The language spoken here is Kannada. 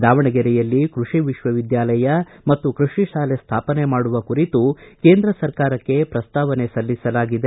ದಾವಣಗೆರೆಯಲ್ಲಿ ಕೃಷಿ ವಿಕ್ವವಿದ್ಯಾಲಯ ಮತ್ತು ಕೃಷಿ ಶಾಲೆ ಸ್ಥಾಪನೆ ಮಾಡುವ ಕುರಿತು ಕೇಂದ್ರ ಸರ್ಕಾರಕ್ಕೆ ಪ್ರಸ್ತಾವನೆ ಸಲ್ಲಿಸಲಾಗಿದೆ